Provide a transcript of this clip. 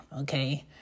Okay